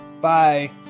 bye